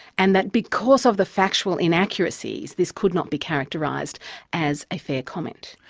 and that because of the factual inaccuracies, this could not be characterised as a fair comment.